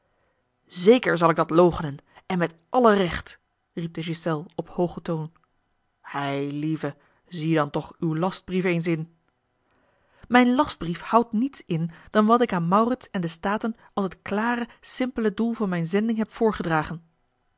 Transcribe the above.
zeker zal ik dat loochenen en met alle recht riep de ghiselles op hoogen toon a l g bosboom-toussaint de delftsche wonderdokter eel ilieve zie dan toch uw lastbrief eens in mijn lastbrief houdt niets in dan wat ik aan maurits en de staten als het klare simpele doel van mijne zending heb voorgedragen